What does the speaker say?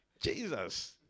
Jesus